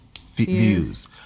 views